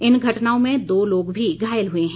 इन घटनाओं में दो लोग भी घायल हुए हैं